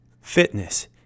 Fitness